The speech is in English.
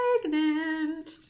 pregnant